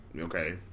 okay